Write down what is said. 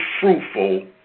fruitful